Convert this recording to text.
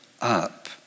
up